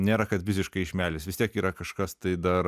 nėra kad visiškai iš meilės vis tiek yra kažkas tai dar